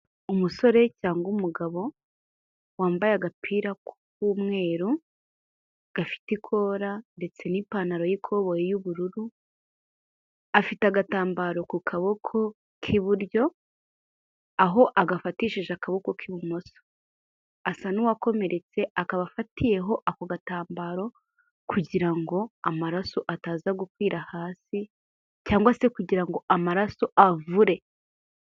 Umusore cyangwa umugabo wambaye agapira k'umweru gafite ikora ndetse n'ipantaro y'ikobo y'ubururu afite agatambaro ku kaboko k'iburyo, aho agafatishije akaboko k'ibumoso, asa n'uwakomeretse akaba afatiyeho ako gatambaro kugira ngo amaraso ataza gukwira hasi cyangwa se kugira ngo amaraso avure.